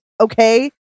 okay